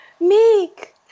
Meek